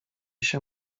się